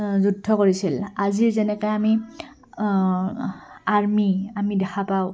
যুদ্ধ কৰিছিল আজি যেনেকৈ আমি আৰ্মি আমি দেখা পাওঁ